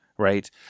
right